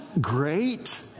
great